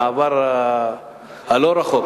מהעבר הלא-רחוק,